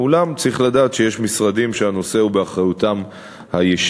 אולם צריך לדעת שיש משרדים שהנושא הוא באחריותם הישירה.